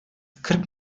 kırk